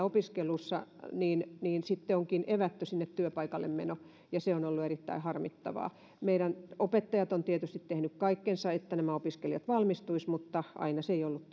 opiskelussa niin niin onkin evätty sinne työpaikalle meno ja se on ollut erittäin harmittavaa meidän opettajat ovat tietysti tehneet kaikkensa että nämä opiskelijat valmistuisivat mutta aina se ei